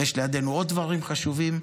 ויש לידנו עוד דברים חשובים.